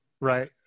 Right